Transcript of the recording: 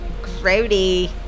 Grody